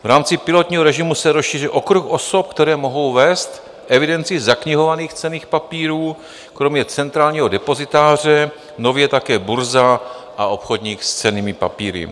V rámci pilotního režimu se rozšíří okruh osob, které mohou vést evidenci zaknihovaných cenných papírů, kromě centrálního depozitáře nově také burza a obchodník s cennými papíry.